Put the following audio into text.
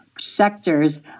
sectors